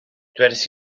dywedais